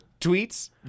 tweets